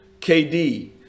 KD